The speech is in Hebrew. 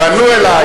פנו אלי